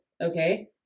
Okay